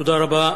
תודה רבה.